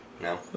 No